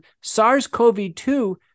SARS-CoV-2 –